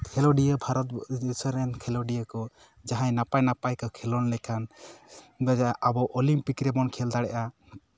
ᱠᱷᱮᱞᱳᱰᱤᱭᱟᱹ ᱵᱷᱟᱨᱚᱛ ᱵᱚᱨᱥᱚ ᱨᱮᱱ ᱠᱷᱮᱞᱳᱰᱤᱭᱟᱹ ᱠᱚ ᱡᱟᱦᱟᱸᱭ ᱱᱟᱯᱟᱭ ᱱᱟᱯᱟᱭ ᱠᱚ ᱠᱷᱮᱞᱳᱰ ᱞᱮᱠᱷᱟᱱ ᱟᱵᱚ ᱚᱞᱤᱢᱯᱤᱠ ᱨᱮᱵᱚᱱ ᱠᱷᱮᱞ ᱫᱟᱲᱮᱭᱟᱜᱼᱟ